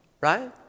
right